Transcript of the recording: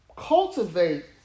cultivate